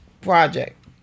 project